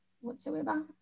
whatsoever